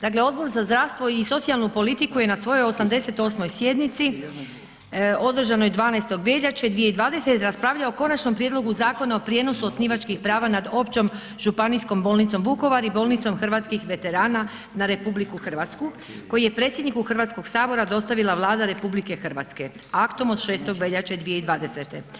Dakle Odbor za zdravstvo i socijalnu politiku je na svojoj 88. sjednici održanoj 12. veljače 2020. raspravljao o Konačnom prijedlogu Zakona o prijenosu osnivačkih prava nad Općom županijskom bolnicom Vukovar i Bolnicom hrvatskih veterana na RH koji je predsjedniku Hrvatskog sabora dostavila Vlada RH aktom od 6. veljače 2020.